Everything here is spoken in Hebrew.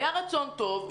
היה רצון טוב,